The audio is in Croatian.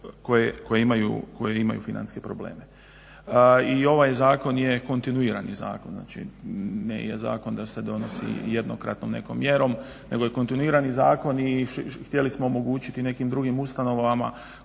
koje imaju financijske probleme. I ovaj zakon je kontinuirani zakon znači nije zakon da se donosi jednokratnom nekom mjerom nego je kontinuirani zakon i htjeli smo omogućiti nekim drugim ustanovama